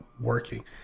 working